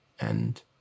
and-